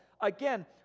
again